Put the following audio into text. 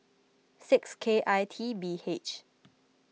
six K I T B H